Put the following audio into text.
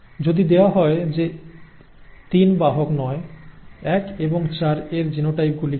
যদি দেওয়া হয় যে 3 বাহক নয় 1 এবং 4 এর জিনোটাইপগুলি কী